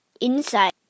inside